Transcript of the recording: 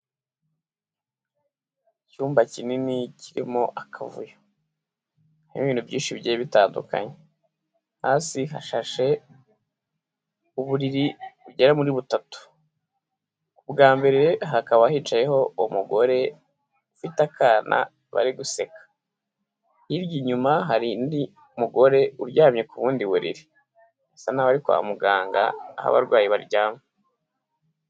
Icyumba kinini kirimo akavuyo, harimo ibintu byinshi bigiye bitandukanye, hasi hashashe uburiri bugera muri butatu, ubwa mbere hakaba hicayeho uwo mugore ufite akana bari guseka, hirya inyuma hari indi mugore uryamye ku bundi buriri, asa naho ari kwa muganga aho abarwayi baryama.